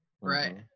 right